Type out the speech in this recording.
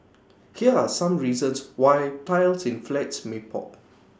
here are some reasons why tiles in flats may pop